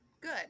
Good